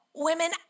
Women